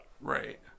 Right